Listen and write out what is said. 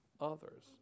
others